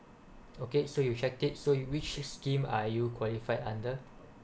okay so you check it so in which scheme are you qualify under